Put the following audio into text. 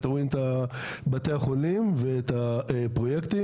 אתם רואים את בתי החולים ואת הפרויקטים,